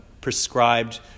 prescribed